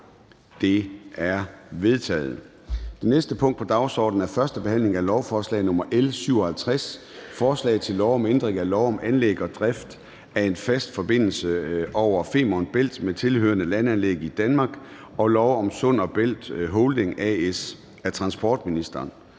Det er vedtaget. --- Det næste punkt på dagsordenen er: 4) 1. behandling af lovforslag nr. L 57: Forslag til lov om ændring af lov om anlæg og drift af en fast forbindelse over Femern Bælt med tilhørende landanlæg i Danmark og lov om Sund og Bælt Holding A/S. (Bevarelse